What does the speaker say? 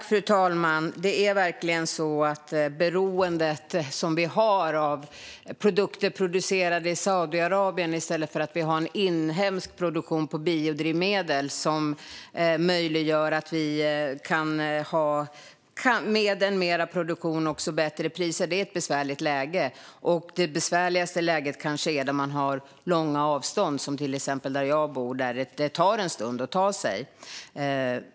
Fru talman! Det är verkligen så att vi har ett beroende av produkter producerade i Saudiarabien i stället för att ha en inhemsk produktion av biodrivmedel som möjliggör att med mer produktion också kunna ha bättre priser. Det är ett besvärligt läge. Besvärligast är det kanske där man har långa avstånd, till exempel där jag bor, där det tar en stund att ta sig någonstans.